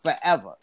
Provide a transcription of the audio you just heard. forever